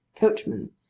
coachman.